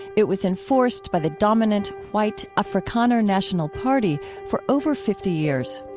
it was enforced by the dominant, white afrikaner national party for over fifty years.